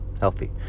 healthy